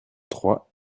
trois